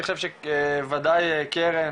אני חושב שוודאי קרן,